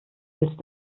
willst